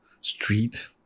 street